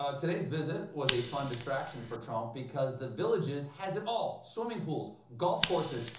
ah today's visit was a fun distraction for trump. because the villages has it all swimming pools, golf courses,